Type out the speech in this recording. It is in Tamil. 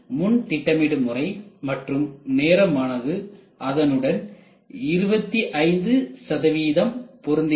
முன் திட்டமிடும் முறை மற்றும் நேரம் ஆனது அதனுடன் 25 பொருந்துகிறது